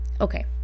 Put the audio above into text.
Okay